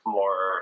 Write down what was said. more